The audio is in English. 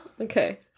Okay